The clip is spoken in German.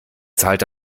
zahlt